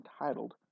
entitled